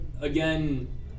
Again